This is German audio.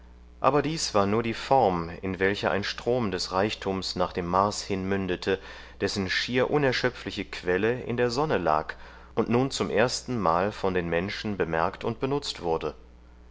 aber dies war nur die form in welcher ein strom des reichtums nach dem mars hin mündete dessen schier unerschöpfliche quelle in der sonne lag und nun zum erstenmal von den menschen bemerkt und benutzt wurde